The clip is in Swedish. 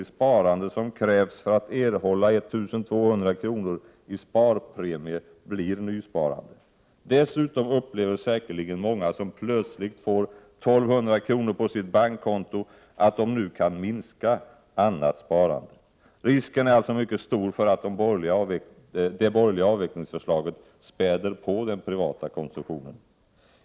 i sparande som krävs för att erhålla 1 200 kr. i sparpremie blir nysparande. Dessutom upplever säkerligen många som plötsligt får 1 200 kr. på sitt bankkonto att de nu kan minska annat sparande. Risken är alltså mycket stor för att det borgerliga avvecklingsförslaget späder på den privata konsumtionen.